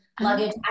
luggage